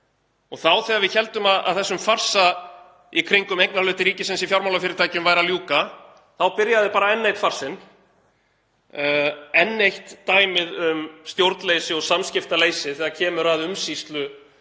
og þegar við héldum að þessum farsa í kringum eignarhluti ríkisins í fjármálafyrirtækjum væri að ljúka þá byrjaði bara enn einn farsinn, enn eitt dæmið um stjórnleysi og samskiptaleysi þegar kemur að umsýslu á